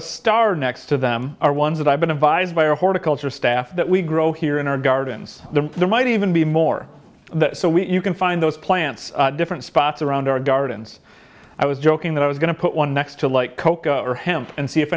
a star next to them are ones that i've been advised by our horticulture staff that we grow here in our gardens the there might even be more so we can find those plants different spots around our gardens i was joking that i was going to put one next to like cocoa or hemp and see if